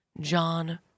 John